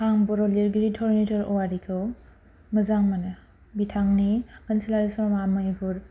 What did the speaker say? आं बर' लिरगिरि धर'निधर औवारिखौ मोजां मोनो बिथांनि ओनसोलारि सल'मा मैहुर